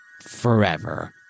Forever